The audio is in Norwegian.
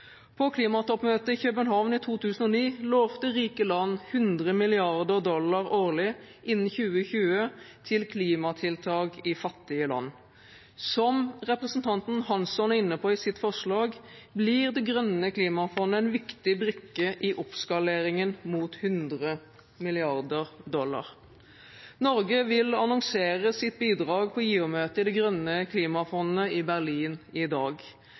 På klimatoppmøtet i København i 2009 lovte rike land 100 mrd. dollar årlig innen 2020 til klimatiltak i fattige land. Som representanten Hansson er inne på i sitt forslag, blir Det grønne klimafondet en viktig brikke i oppskaleringen mot 100 mrd. dollar. Norge vil annonsere sitt bidrag på givermøtet i Det grønne klimafondet i Berlin i dag.